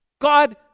god